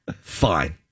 Fine